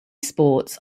sports